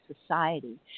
society